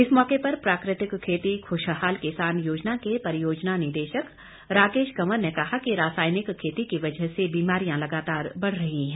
इस मौके पर प्राकृतिक खेती ख्रशहाल किसान योजना के परियोजना निदेशक राकेश कंवर ने कहा कि रासायनिक खेती की वजह से बीमारियां लगातार बढ़ रही है